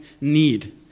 need